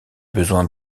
besoin